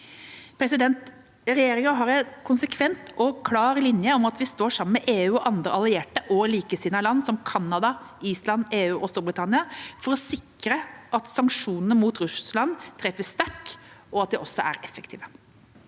duplisering. Regjeringa har en konsekvent og klar linje om at vi står sammen med EU og andre allierte og likesinnede land – som Canada, Island, USA og Storbritannia – for å sikre at sanksjonene mot Russland treffer sterkt og er effektive.